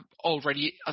already